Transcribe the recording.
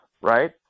right